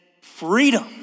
freedom